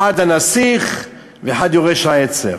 אחד הנסיך ואחד יורש העצר.